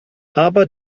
aber